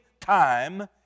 time